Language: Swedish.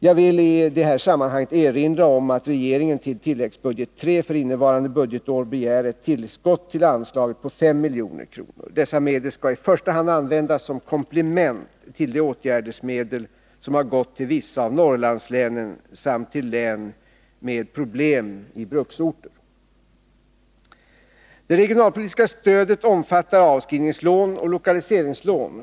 Jag vill i sammanhanget erinra om att regeringen till tilläggsbudget III för innevarande budgetår begär ett tillskott till anslaget på 5 milj.kr. Dessa medel skall i första hand användas som komplement till de åtgärdsmedel som har gått till vissa av Norrlandslänen samt till län med problem i bruksorter. Det regionalpolitiska stödet omfattar avskrivningslån och lokaliseringslån.